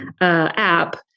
app